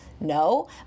no